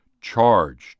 charged